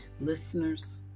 Listeners